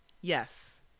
Yes